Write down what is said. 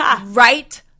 right